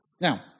Now